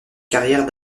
carrière